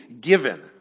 given